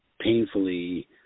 painfully